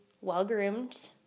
well-groomed